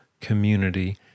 community